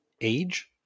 age